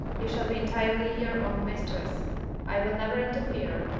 you shall be entirely your own mistress i will never interfere,